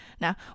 Now